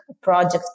project